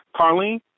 Carlene